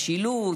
משילות,